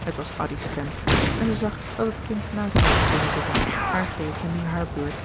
het was addy's stem en zij zag dat het kind naast haar was komen zitten haar gevende nu hare beurt